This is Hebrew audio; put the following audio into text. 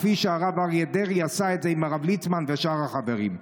כפי שהרב אריה דרעי עשה עם הרב ליצמן ושאר החברים.